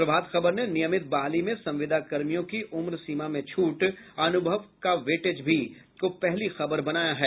प्रभात खबर ने नियमित बहाली में संविदाकर्मियों को उम्र सीमा में छूट अनुभव का वेटेज भी को पहली खबर बनाया है